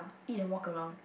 eat and walk around